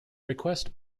request